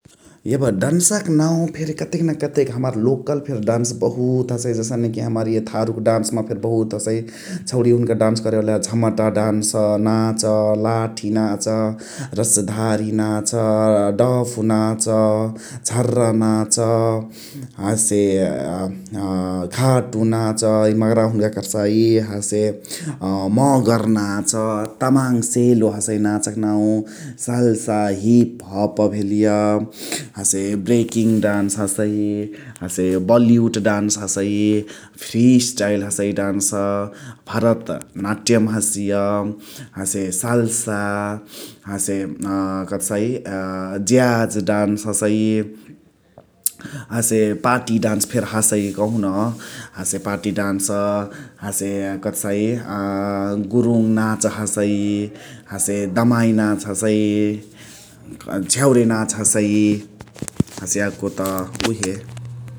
एब डान्सक नाउ फेरी कतेक न कतेक हमार लोकल फेरी डान्स बहुत हसइ जसने कि हमार थारु डान्स मतुरे बहुत हसइ । चाउणिया हुन्का डान्स करै हलही झमटा डान्स नाच, लाठी नाच, रसधारी नाच, अ डफु नाच्, अ झाररा नाछ । हसे अ घात नाच इअ मगरावा हुनुका कर्साइ । हसे मगर नाच्, तामङ सेलो हसइ नाचक नाउ । सल्सा हिप हप भेलिय हसे ब्रेकिङ डन्स हसइ । हसे बलिवूड डन्स हसै । फ्री स्टाइल हसै डान्स । भरत नाट्यम हसिय हसे साल्सा हसे अ कथकहसाइ अ ज्याज डान्स हसइ । हसे पार्टी डान्स फेरी हसइ कहुन । हसे पार्टी डान्स । हसे कथकहसाइ अ गुरुङ नाच हसइ । हसे दमाइ नाच हसइ । झ्याउरे नाच हसइ । हसे याको त उहे ।